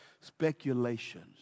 speculations